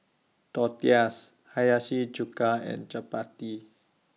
Tortillas Hiyashi Chuka and Chapati